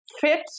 fit